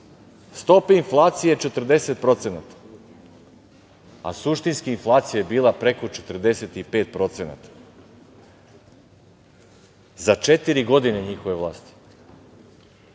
stope inflacije je 40%, a suštinski inflacija je bila preko 45%, za četiri godine njihove vlasti. To